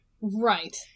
Right